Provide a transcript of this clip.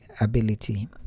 ability